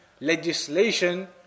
legislation